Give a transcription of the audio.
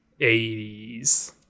80s